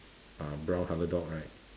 ah brown colour dog right